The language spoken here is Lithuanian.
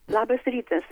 labas rytas